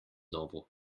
novo